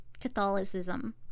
Catholicism